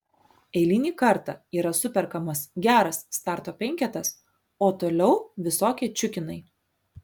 eilinį kartą yra superkamas geras starto penketas o toliau visokie čiukinai